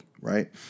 right